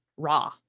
raw